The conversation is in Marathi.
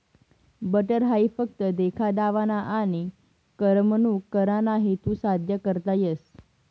बटर हाई फक्त देखा दावाना आनी करमणूक कराना हेतू साद्य करता येस